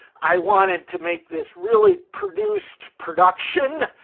i wanted to make this really produced production.